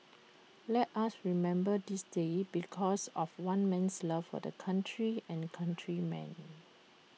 let us remember this day because of one man's love for the country and countrymen